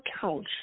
couch